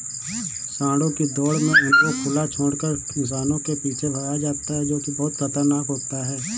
सांडों की दौड़ में उनको खुला छोड़कर इंसानों के पीछे भगाया जाता है जो की बहुत खतरनाक होता है